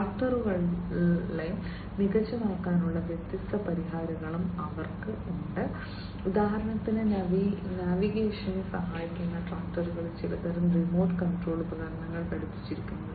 ട്രാക്ടറുകളെ മികച്ചതാക്കുന്നതിനുള്ള വ്യത്യസ്തമായ പരിഹാരങ്ങളും അവർക്കുണ്ട് ഉദാഹരണത്തിന് നാവിഗേഷനെ സഹായിക്കുന്നതിന് ട്രാക്ടറുകളിൽ ചിലതരം റിമോട്ട് കൺട്രോൾ ഉപകരണങ്ങൾ ഘടിപ്പിച്ചിരിക്കുന്നത്